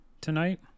tonight